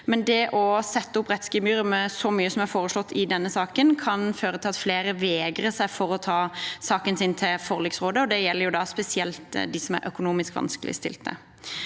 det å sette opp rettsgebyret så mye som er foreslått i denne saken, kan føre til at flere vegrer seg for å ta saken sin til forliksrådet, og det gjelder særlig dem som er økonomisk vanskeligstilt.